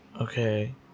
okay